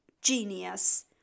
genius